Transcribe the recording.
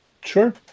Sure